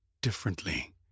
differently